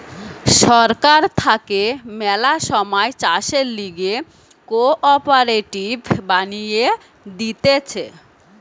সরকার থাকে ম্যালা সময় চাষের লিগে কোঅপারেটিভ বানিয়ে দিতেছে